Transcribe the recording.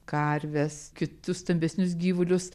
karves kitus stambesnius gyvulius